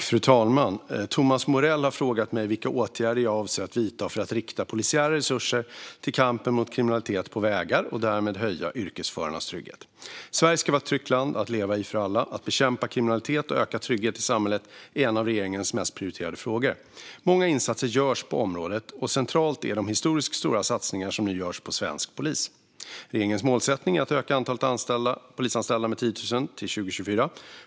Fru talman! Thomas Morell har frågat mig vilka åtgärder jag avser att vidta för att rikta polisiära resurser till kampen mot kriminaliteten på våra vägar och därmed höja yrkesförarnas trygghet. Sverige ska vara ett tryggt land att leva i för alla. Att bekämpa kriminalitet och öka tryggheten i samhället är en av regeringens mest prioriterade frågor. Många insatser görs på området, och centralt är de historiskt stora satsningar som nu görs på svensk polis. Regeringens målsättning är att öka antalet polisanställda med 10 000 till 2024.